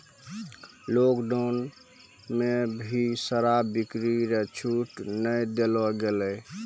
lockdown मे भी शराब बिक्री रो छूट नै देलो गेलै